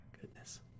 Goodness